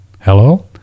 Hello